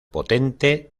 potente